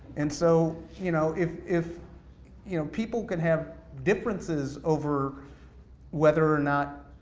and so you know if if you know people could have differences over whether or not